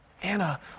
Anna